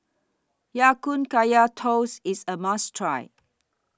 Ya Kun Kaya Toast IS A must Try